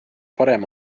parem